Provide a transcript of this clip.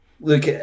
Look